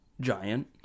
Giant